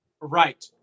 Right